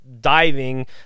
diving